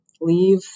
leave